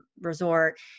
resort